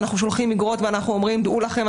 שולחים אגרות ואנחנו אומרים: דעו לכם,